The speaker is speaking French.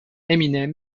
eminem